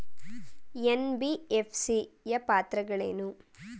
NBFC ಯ ಪಾತ್ರಗಳೇನು?